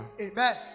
Amen